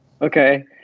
Okay